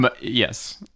yes